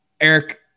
Eric